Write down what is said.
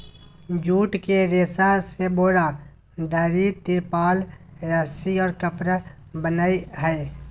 jute के रेशा से बोरा, दरी, तिरपाल, रस्सि और कपड़ा बनय हइ